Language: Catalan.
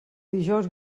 dijous